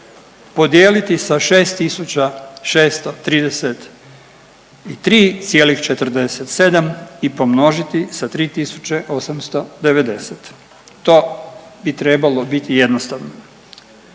podijeliti sa 6633,47 i pomnožiti sa 3890. To bi trebalo biti jednostavno.